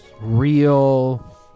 real